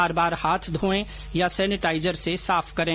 बार बार हाथ धोएं या सेनेटाइजर से साफ करें